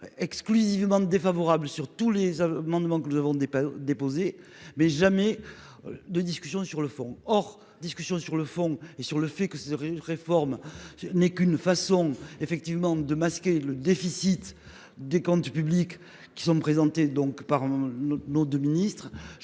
exclusivement défavorable sur tous les amendements que nous avons des pas déposer mais jamais. De discussion sur le fond. Or, discussion sur le fond et sur le fait que ce serait une réforme n'est qu'une façon effectivement de masquer le déficit des comptes publics qui sont présentées donc par. Nos 2 ministres.